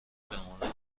جوامع